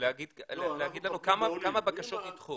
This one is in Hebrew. להגיד לנו כמה בקשות נדחו.